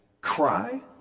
cry